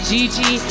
Gigi